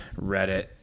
Reddit